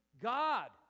God